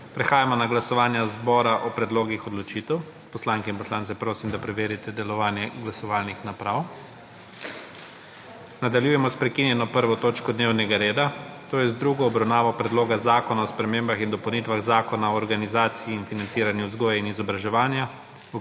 Prehajamo na glasovanje zbora o predlogih odločitev. Poslanke in poslance prosim, da preverite delovanje glasovalnih naprav. Nadaljujemo s **prekinjeno 1. točko dnevnega reda – druga obravnava Predloga zakona o spremembah in dopolnitvah Zakona o organizaciji in financiranju vzgoje in izobraževanja,